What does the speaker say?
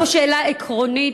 יש פה שאלה עקרונית,